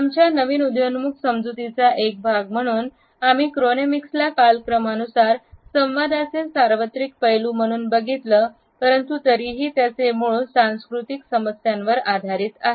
आमच्या नवीन उदयोन्मुख समजुतीचा एक भाग म्हणून आम्ही क्रोनेमिक्सला कालक्रमानुसार संवादाचे सार्वत्रिक पैलू म्हणून बघितलं परंतु तरीही त्याचे मूळ सांस्कृतिक समस्यांवर आधारित आहे